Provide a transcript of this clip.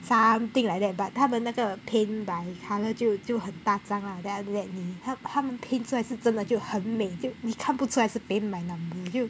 something like that but 他们那个 paint by colour 就就很大张了 then after that 他们 paint 出来是真的就很美的你看不出来是 paint by number